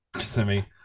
Semi